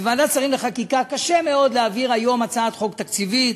בוועדת השרים לחקיקה קשה מאוד להעביר היום הצעת חוק תקציבית.